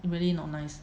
really not nice